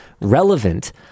relevant